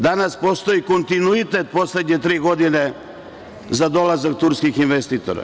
Danas postoji kontinuitet poslednje tri godine za dolazak turskih investitora.